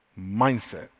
mindset